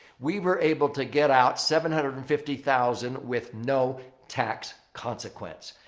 we were able to get out seven hundred and fifty thousand with no tax consequence.